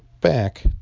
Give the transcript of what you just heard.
back